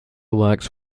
works